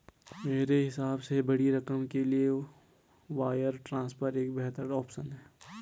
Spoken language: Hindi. मेरे हिसाब से बड़ी रकम के लिए वायर ट्रांसफर एक बेहतर ऑप्शन है